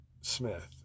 Smith